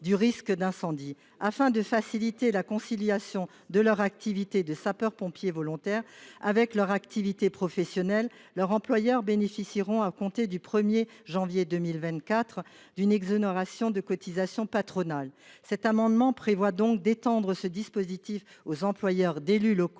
du risque incendie : afin de faciliter la conciliation de leur activité de sapeur pompier volontaire avec leur activité professionnelle, leurs employeurs bénéficieront, à compter du 1 janvier 2024, d’une exonération des cotisations patronales. Cet amendement prévoit donc d’étendre ce dispositif aux employeurs d’élus locaux.